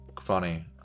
funny